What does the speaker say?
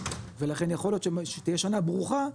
ולכן יכול להיות שתהיה שנה ברוכה,